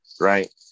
Right